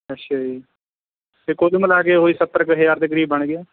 ਅੱਛਾ ਜੀ ਅਤੇ ਕੁੱਲ ਮਿਲਾ ਕੇ ਉਹ ਹੀ ਸੱਤਰ ਕੁ ਹਜ਼ਾਰ ਦੇ ਕਰੀਬ ਬਣ ਗਿਆ